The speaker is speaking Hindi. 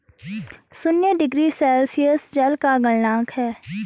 शून्य डिग्री सेल्सियस जल का गलनांक है